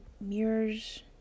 mirrors